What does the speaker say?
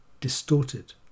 distorted